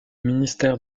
ministère